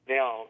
Now